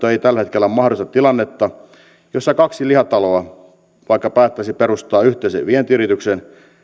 ei tällä hetkellä mahdollista tilannetta jossa kaksi lihataloa vaikka päättäisi perustaa yhteisen vientiyrityksen